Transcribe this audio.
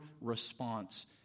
response